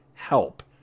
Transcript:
Help